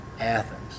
Athens